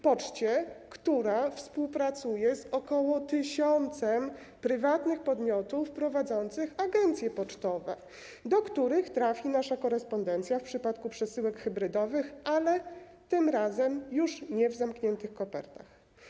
Poczcie, która współpracuje z ok. 1 tys. prywatnych podmiotów prowadzących agencje pocztowe, do których trafi nasza korespondencja w przypadku przesyłek hybrydowych, ale tym razem już nie w zamkniętych kopertach.